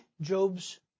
Job's